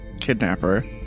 kidnapper